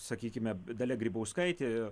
sakykime dalia grybauskaitė